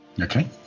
okay